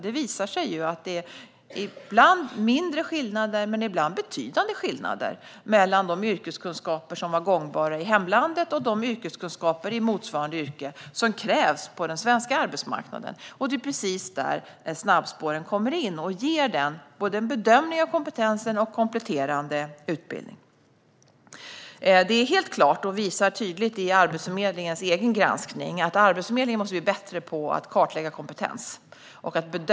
Det visar sig att det finns mindre skillnader. Men ibland är skillnaderna betydande mellan de yrkeskunskaper som var gångbara i hemlandet och de yrkeskunskaper i motsvarande yrke som krävs på den svenska arbetsmarknaden. Det är precis där snabbspåren kommer in. De ger en bedömning av kompetensen och en kompletterande utbildning. Det är helt klart att Arbetsförmedlingen måste bli bättre på att kartlägga och bedöma kompetens, vilket även visas i Arbetsförmedlingens egen granskning.